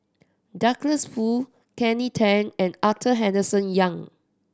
Douglas Foo Kelly Tang and Arthur Henderson Young